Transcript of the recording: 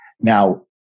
Now